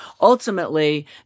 Ultimately